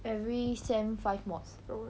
every sem five mods